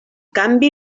canvi